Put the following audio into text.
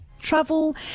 travel